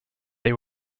they